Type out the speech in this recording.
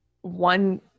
One